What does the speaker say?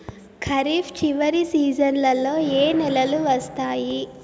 ఖరీఫ్ చివరి సీజన్లలో ఏ నెలలు వస్తాయి?